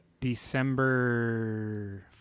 December